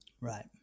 Right